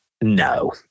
no